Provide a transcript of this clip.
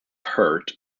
hurt